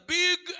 big